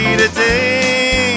today